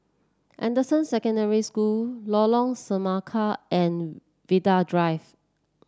Anderson Secondary School Lorong Semangka and Vanda Drive